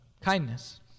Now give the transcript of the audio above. Kindness